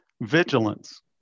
vigilance